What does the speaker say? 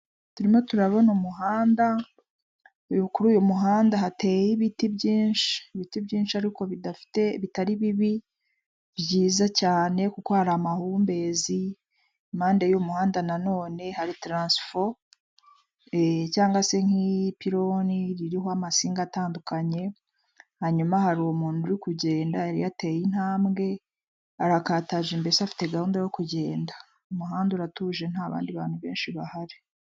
Turimo turabona umuhanda kuri uyu muhanda hateya ibiti byinshi ibiti byinshi ariko bidafite bitari bibi byiza cyane kuko hari amahumbezi. Iruhande y'uyu muhanda nanone hari taransifo cyangwa se nk'ipiloni ririho amasinga atandukanye hanyuma hari umuntu uri kugenda yari yateye intambwe arakataje mbese afite gahunda yo kugenda, umuhanda uratuje ntabandi bantu benshi bahari.